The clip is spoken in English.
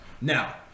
Now